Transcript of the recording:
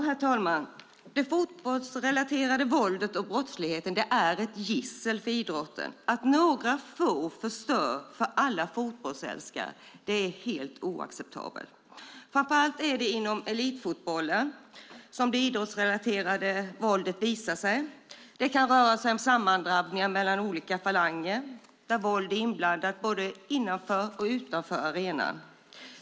Herr talman! Det fotbollsrelaterade våldet och den fotbollsrelaterade brottsligheten är ett gissel för idrotten. Att några få förstör för alla fotbollsälskare är helt oacceptabelt. Framför allt är det inom elitfotbollen som det idrottsrelaterade våldet visar sig. Det kan röra sig om sammandrabbningar mellan olika falanger där våld är inblandat både innanför och utanför arenan.